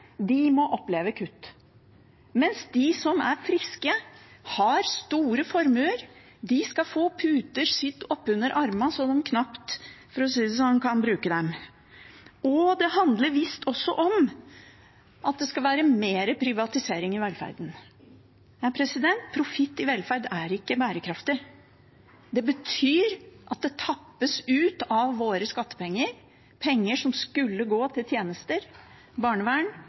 fattige, må oppleve kutt, mens de som er friske og har store formuer, skal få sydd puter opp under armene så de knapt – for å si det sånn – kan bruke dem. Det handler visst også om at det skal være mer privatisering i velferden. Men profitt i velferd er ikke bærekraftig. Det betyr at det tappes fra våre skattepenger – penger som skulle gå til tjenester, til barnevern,